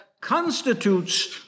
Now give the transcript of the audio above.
constitutes